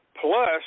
plus